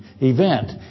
event